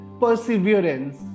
perseverance